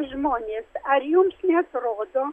žmonės ar jums neatrodo